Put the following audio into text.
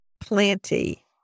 plenty